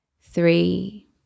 three